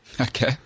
Okay